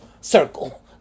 circle